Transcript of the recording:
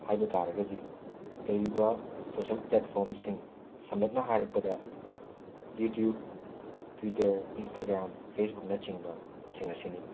ꯍꯥꯏꯕ ꯇꯥꯔꯒꯗꯤ ꯂꯩꯔꯤꯕ ꯁꯣꯁꯤꯌꯦꯜ ꯄ꯭ꯂꯦꯠꯐꯣꯔꯝꯁꯤꯡ ꯁꯝꯂꯞꯅ ꯍꯥꯏꯔꯛꯄꯗ ꯌꯨꯇ꯭ꯌꯨꯕ ꯇ꯭ꯋꯤꯇꯔ ꯏꯟꯁꯇꯒ꯭ꯔꯥꯝ ꯐꯦꯁꯕꯨꯛꯅꯆꯤꯡꯕ ꯁꯤꯡ ꯑꯁꯤꯅꯤ